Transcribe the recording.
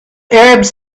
arabs